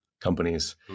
companies